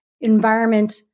Environment